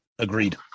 Agreed